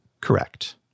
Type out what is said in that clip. Correct